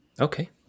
Okay